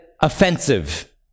offensive